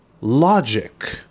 logic